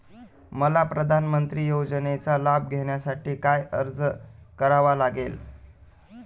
मला प्रधानमंत्री योजनेचा लाभ घेण्यासाठी काय अर्ज करावा लागेल?